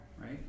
right